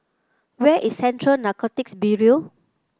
where is Central Narcotics Bureau